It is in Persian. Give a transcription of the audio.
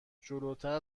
جلوتر